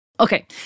Okay